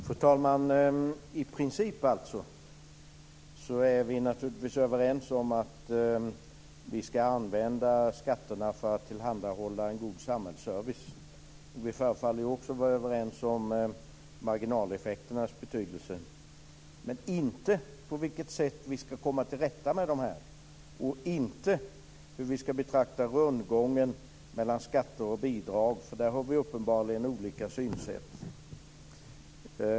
Fru talman! I princip är vi naturligtvis överens om att vi ska använda skatterna till att tillhandahålla en god samhällsservice. Vi förefaller också vara överens om marginaleffekternas betydelse - men inte om hur vi ska komma till rätta med dem, och inte om hur vi ska betrakta rundgången mellan skatter och bidrag. Där har vi uppenbarligen olika synsätt.